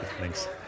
Thanks